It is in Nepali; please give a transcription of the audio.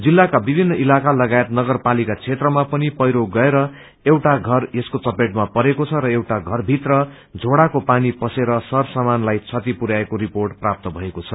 जिल्लाका विभिन्न इलाका लगायत नगरपालिका क्षेत्रमा पनि पछिरो गएर एउटा घर यसको घपेटमा परेको र एउटा घरभित्र झोडाको पनी पसेर सरसमानलाई बति पुरयाएको रिपोर्ट प्राप्त भएको छ